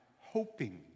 hoping